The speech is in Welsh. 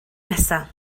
nesaf